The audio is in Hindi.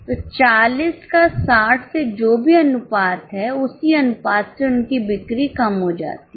तो 40 का 60 से जो भी अनुपातहै उसी अनुपात से उनकी बिक्री कम हो जाती है